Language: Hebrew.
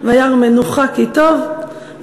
וירא מנֻחה כי טוב,